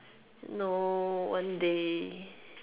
no one day